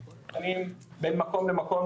בין מקום למקום,